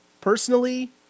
Personally